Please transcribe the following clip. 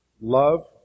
love